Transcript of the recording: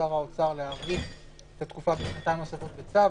שר האוצר, להאריך את התקופה בשנתיים נוספות בצו.